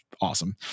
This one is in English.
awesome